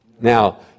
Now